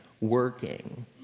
working